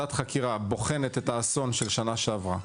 שוועדת חקירה בוחנת את האסון של שנה שעברה,